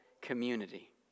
community